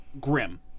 Grim